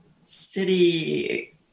city